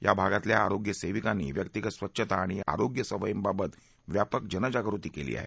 या भागातल्या आरोग्य सेविकांनी व्यक्तीगत स्वच्छता आणि आरोग्य सवयींबाबत व्यापक जगजागृती केलेली आहे